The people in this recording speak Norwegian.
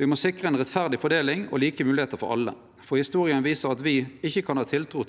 Me må sikre ei rettferdig fordeling og like moglegheiter for alle, for historia viser at me ikkje kan ha tiltru